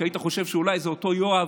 כי היית חושב שאולי זה אותו יואב